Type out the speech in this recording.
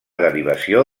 derivació